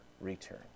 return